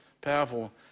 powerful